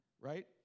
Right